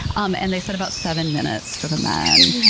um and they said, about seven minutes for the men.